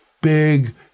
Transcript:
Big